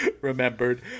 remembered